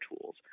tools